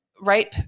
rape